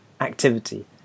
activity